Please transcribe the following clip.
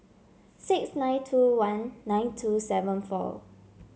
six nine two one nine two seven four